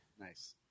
Nice